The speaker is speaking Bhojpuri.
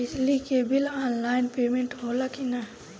बिजली के बिल आनलाइन पेमेन्ट होला कि ना?